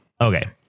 Okay